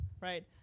right